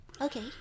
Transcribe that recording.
Okay